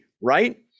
right